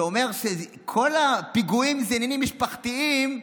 שאומר שכל הפיגועים זה עניינים משפחתיים,